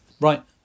Right